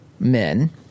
men